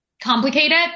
complicated